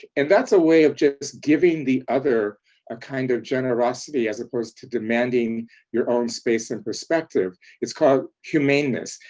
and that's a way of just giving the other a kind of generosity as opposed to demanding your own space and perspective. it's called humaneness.